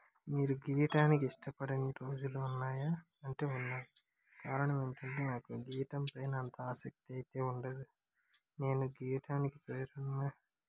మీరు గీయటానికి ఇష్టపడని రోజులు ఉన్నాయా అంటే ఉన్నాయి కారణం ఏంటి అంటే నాకు గీయటం పైన అంత ఆశక్తి అయితే ఉండదు నేను గీయటానికి ప్రేరణ